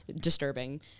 disturbing